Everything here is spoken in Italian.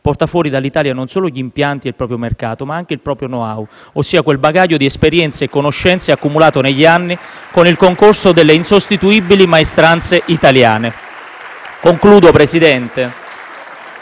porta fuori dall'Italia non solo gli impianti ed il proprio mercato, ma anche il proprio *know-how*, ossia quel bagaglio di esperienze e conoscenze accumulato negli anni con il concorso delle insostituibili maestranze italiane. *(Applausi